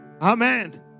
Amen